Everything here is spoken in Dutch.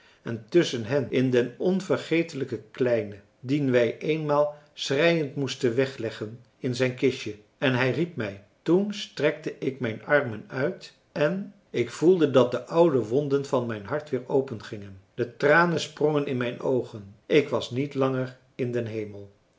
en tusschen hen in den onvergetelijken kleine dien wij eenmaal schreiend moesten wegleggen in zijn kistje en hij riep mij toen strekte ik mijn armen uit en ik voelde dat de oude wonden van mijn hart weer opengingen de tranen sprongen in mijn oogen ik was niet langer in den hemel